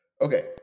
okay